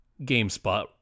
GameSpot